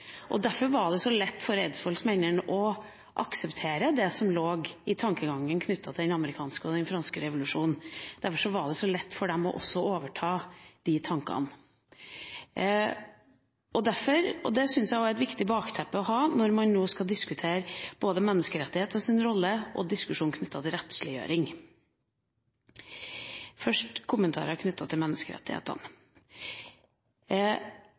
morgen. Derfor var det så lett for eidsvollsmennene å akseptere det som lå i tankegangen knyttet til den amerikanske og den franske revolusjonen, og derfor var det også så lett for dem å overta de tankene. Det syns jeg også er et viktig bakteppe å ha når man nå skal diskutere både menneskerettighetenes rolle og rettsliggjøring. Først noen kommentarer knyttet til menneskerettighetene: